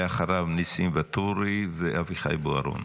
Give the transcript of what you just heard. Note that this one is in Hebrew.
ואחריו, ניסים ואטורי ואביחי בוארון.